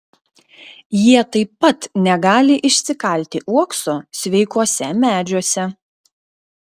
jie taip pat negali išsikalti uokso sveikuose medžiuose